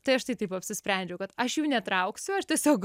tai aš tai taip apsisprendžiau kad aš jų netrauksiu aš tiesiog